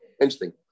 Interesting